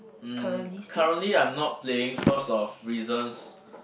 um currently I'm not playing cause of reasons